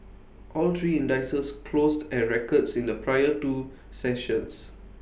all three indices closed at records in the prior two sessions